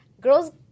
Girls